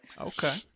Okay